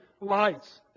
lights